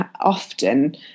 often